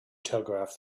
telegraph